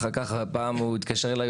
פעם הוא התקשר אליי,